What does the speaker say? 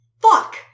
Fuck